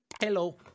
Hello